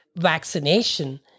vaccination